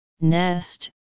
nest